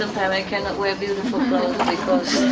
cannot wear beautiful clothes,